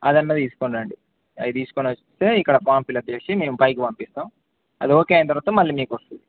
అదన్నది తీసుకోంండి అది తీసుకొ వస్తే ఇక్కడ పాంపులచ్చేసి మేము పైకి పంపిస్తాం అది ఓకే అయిన తర్వాత మళ్ళీ మీకొస్తది